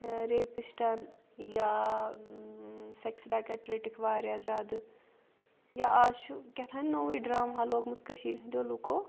ریپِسٹَن یا sex racket رٔٹِکھ واریاہ زیادٕ یا آز چھُ کیٛاہ تھانۍ نوٚوُے ڈرٛامہ لوٚگمُت کٔشیٖر ہٕنٛدیو لُکو